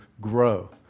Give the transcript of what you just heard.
grow